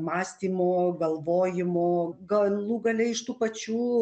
mąstymo galvojimo galų gale iš tų pačių